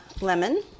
lemon